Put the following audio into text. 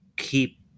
keep